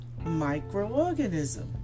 microorganism